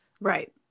right